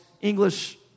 English